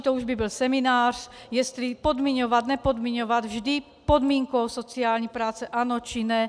To už by byl seminář, jestli podmiňovat, nebo nepodmiňovat vždy podmínkou sociální práce ano, či ne.